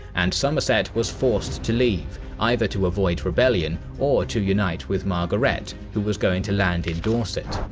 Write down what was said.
and somerset was forced to leave either to avoid rebellion or to unite with margaret, who was going to land in dorset.